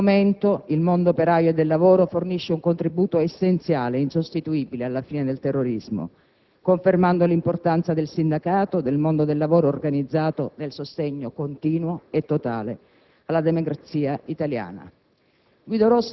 Da quel momento, il mondo operaio e del lavoro fornisce un contributo essenziale e insostituibile alla fine del terrorismo, confermando l'importanza del sindacato, del mondo del lavoro organizzato, nel sostegno continuo e totale alla democrazia italiana.